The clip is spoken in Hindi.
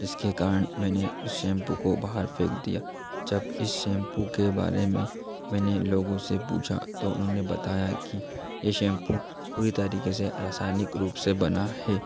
जिसके कारण मैंने उस शैंपू को बाहर फेंक दिया जब इस शैंपू के बारे में मैंने लोगों से पूछा तो उन्होंने बताया कि ये शैंपू पूरी तरीके से रासायनिक रूप से बना है